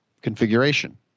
configuration